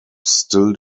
still